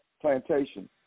Plantation